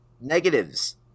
Negatives